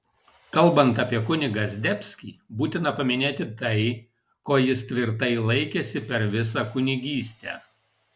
kalbant apie kunigą zdebskį būtina paminėti tai ko jis tvirtai laikėsi per visą kunigystę